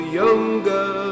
younger